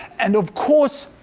and of course,